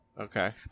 Okay